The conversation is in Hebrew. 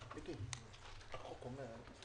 בבקשה.